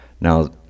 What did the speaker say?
Now